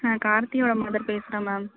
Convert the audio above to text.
நான் கார்த்தியோட மதர் பேசுகிறேன் மேம்